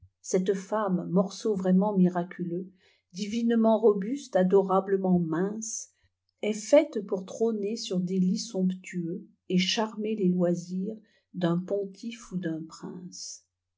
cette femme morceau vraiment miraculeux divinement robuste adorablement mince est faite pour trôner sur des lits somptueux et charmer les loisirs d'un pontife ou d'un prince